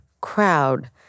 crowd